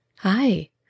Hi